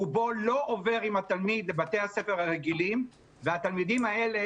רובו לא עובר עם התלמיד לבתי הספר הרגילים והתלמידים האלה